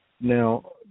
Now